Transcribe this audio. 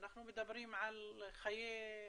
אנחנו מדברים על חיי אדם,